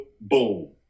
boom